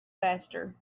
faster